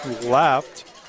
left